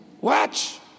Watch